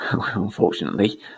Unfortunately